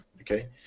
okay